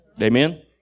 Amen